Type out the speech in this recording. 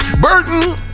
Burton